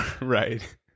Right